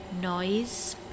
Noise